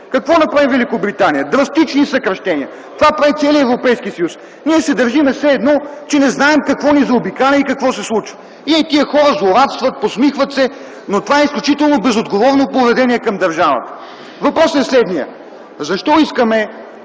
Какво направи Великобритания? Драстични съкращения. Това прави целият Европейски съюз. Ние се държим все едно, че не знаем какво ни заобикаля и какво се случва. И тези хора злорадстват, подсмихват се, но това е изключително безотговорно поведение към държавата. Въпросът е следният: защо искаме